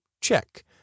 Check